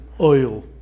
oil